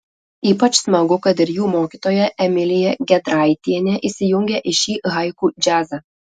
ypač smagu kad ir jų mokytoja emilija gedraitienė įsijungė į šį haiku džiazą